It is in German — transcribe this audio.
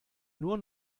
nur